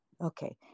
Okay